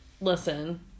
listen